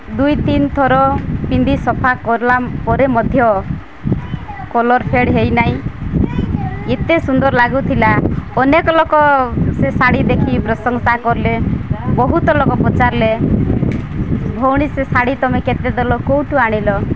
ଦୁଇ ତିନି ଥର ପିନ୍ଧି ସଫା କଲା ପରେ ମଧ୍ୟ କଲର୍ ଫେଡ଼୍ ହୋଇନାହିଁ ଏତେ ସୁନ୍ଦର ଲାଗୁଥିଲା ଅନେକ ଲୋକ ସେ ଶାଢ଼ୀ ଦେଖି ପ୍ରଶଂସା କଲେ ବହୁତ ଲୋକ ପଚାରିଲେ ଭଉଣୀ ସେ ଶାଢ଼ୀ ତୁମେ କେତେ ଦେଲ କେଉଁଠୁ ଆଣିଲ